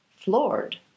Floored